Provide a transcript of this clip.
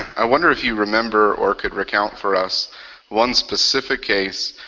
i wonder if you remember or could recount for us one specific case,